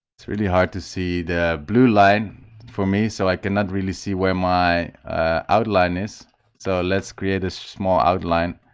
it's really hard to see the blue line for me so i cannot really see where my outline is so let's create a small outline